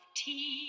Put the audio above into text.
tea